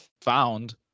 found